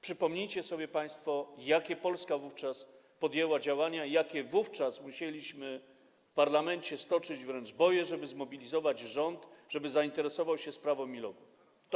Przypomnijcie sobie państwo, jakie Polska wówczas podjęła działania i jakie wówczas musieliśmy w parlamencie stoczyć wręcz boje, żeby zmobilizować rząd, by zainteresował się sprawą MiLoG-u.